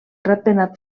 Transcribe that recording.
ratpenat